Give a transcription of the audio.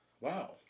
Wow